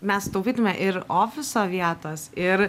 mes sutaupytume ir ofiso vietos ir